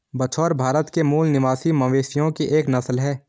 बछौर भारत के मूल निवासी मवेशियों की एक नस्ल है